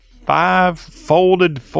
five-folded